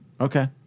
Okay